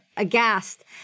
Aghast